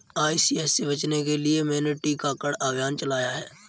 ICH से बचने के लिए मैंने टीकाकरण अभियान चलाया है